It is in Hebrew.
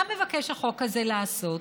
מה מבקש החוק הזה לעשות?